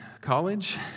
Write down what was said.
college